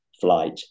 flight